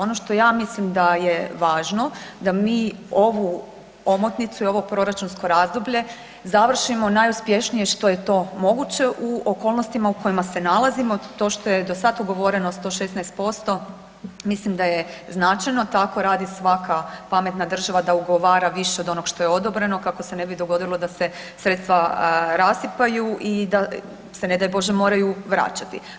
Ono što ja mislim da je važno, da mi ovu omotnicu i ovo proračunsko razdoblje, završimo najuspješnije što je to moguće u okolnostima u kojima se nalazimo, to što je do sad ugovoreno, 116% mislim da je značajno, tako radi svaka pametna država da ugovara više od onog što je odobreno, kako se ne bi dogodilo da se sredstva rasipaju i da se ne daj bože, moraju vraćati.